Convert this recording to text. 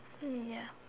mm ya